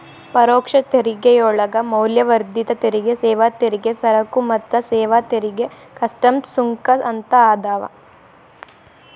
ಪರೋಕ್ಷ ತೆರಿಗೆಯೊಳಗ ಮೌಲ್ಯವರ್ಧಿತ ತೆರಿಗೆ ಸೇವಾ ತೆರಿಗೆ ಸರಕು ಮತ್ತ ಸೇವಾ ತೆರಿಗೆ ಕಸ್ಟಮ್ಸ್ ಸುಂಕ ಅಂತ ಅದಾವ